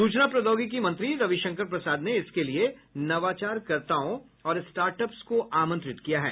सूचना प्रौद्योगिकी मंत्री रविशंकर प्रसाद ने इसके लिए नवाचारकर्ताओं और स्टार्टअप्स को आमंत्रित किया है